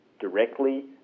directly